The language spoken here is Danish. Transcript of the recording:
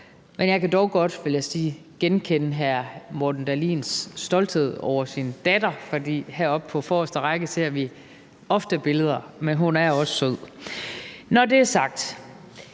vil jeg sige, genkende hr. Morten Dahlins stolthed over sin datter. For heroppe på forreste række ser vi ofte billeder, og hun er også sød. Når det er sagt,